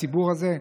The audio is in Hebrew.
הציבור הזה?